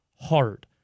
hard